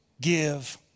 give